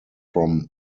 from